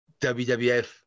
WWF